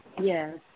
Yes